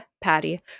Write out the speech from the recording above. Patty